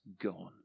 gone